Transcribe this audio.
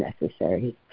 necessary